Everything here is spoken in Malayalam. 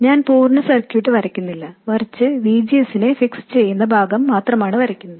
ഞാൻ പൂർണ്ണ സർക്യൂട്ട് വരയ്ക്കുന്നില്ല മറിച്ച് VGS നെ ഫിക്സ് ചെയ്യുന്ന ഭാഗം മാത്രമാണ് വരയ്ക്കുന്നത്